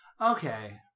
Okay